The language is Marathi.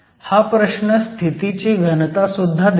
हा प्रश्न स्थितीची घनता सुद्धा देतो